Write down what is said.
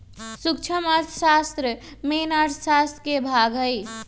सूक्ष्म अर्थशास्त्र मेन अर्थशास्त्र के भाग हई